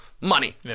Money